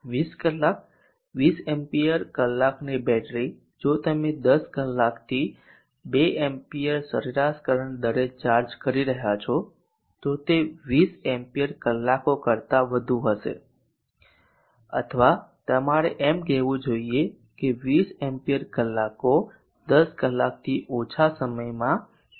20 કલાક 20 એમ્પીયર કલાકની બેટરી જો તમે 10 કલાકથી 2 એમ્પીઅર સરેરાશ કરંટ દરે ચાર્જ કરી રહ્યા છો તો તે 20 એમ્પીયર કલાકો કરતા વધુ હશે અથવા તમારે એમ કહેવું જોઈએ કે 20 એમ્પીયર કલાકો 10 કલાકથી ઓછા સમયમાં લેવાય છે